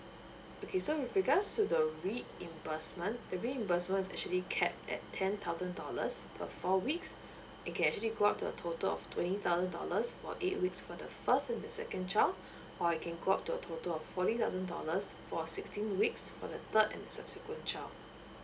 okay so with regards to the reimbursement the reimbursement is actually capped at ten thousand dollars per four weeks it can actually go up to a total of twenty thousand dollars for eight weeks for the first and the second child or it can go up to a total of forty thousands dollars for sixteen weeks for the third and the subsequent child